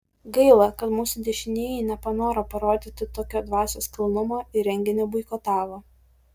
gaila kad mūsų dešinieji nepanoro parodyti tokio dvasios kilnumo ir renginį boikotavo